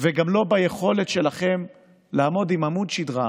וגם לא ביכולת שלכם לעמוד עם עמוד שדרה